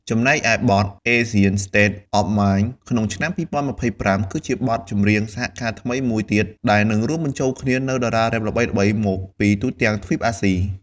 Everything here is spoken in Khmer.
ចំណែកឯ បទ "ASIAN STATE OF MIND" ក្នុង ឆ្នាំ២០២៥ គឺជាបទចម្រៀងសហការថ្មីមួយទៀតដែលនឹងរួមបញ្ចូលគ្នានូវតារារ៉េបល្បីៗមកពីទូទាំងទ្វីបអាស៊ី។